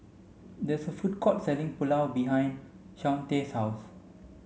there's a food court selling Pulao behind Shawnte's house